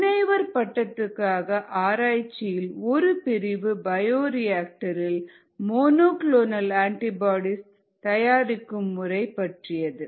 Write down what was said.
முனைவர் பட்டத்துக்கான ஆராய்ச்சியில் ஒரு பிரிவு பயோரியாக்டரில் மோனோ குளோனல் அண்டிபோடீஸ் தயாரிக்கும் முறை பற்றியது